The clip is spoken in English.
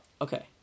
Okay